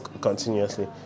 continuously